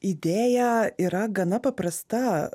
idėja yra gana paprasta